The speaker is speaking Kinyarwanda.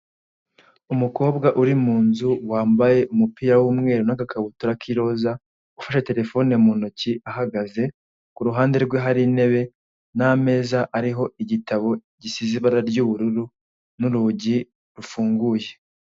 Umukobwa uri mu nzu wambaye umupira w'umweru n'agakabutura k'iroza ufashe telefone mu ntoki ahagaze ku ruhande rwe hari intebe n'ameza ariho igitabo gisize ibara ry'ubururu n'urugi rufunguye.